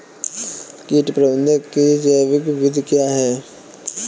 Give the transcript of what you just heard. कीट प्रबंधक की जैविक विधि क्या है?